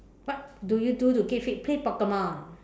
what do you do to keep fit play Pokemon